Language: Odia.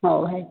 ହେଉ ଭାଇ